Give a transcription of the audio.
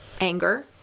anger